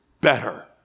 better